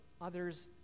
others